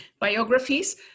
biographies